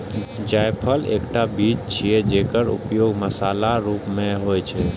जायफल एकटा बीज छियै, जेकर उपयोग मसालाक रूप मे होइ छै